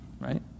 right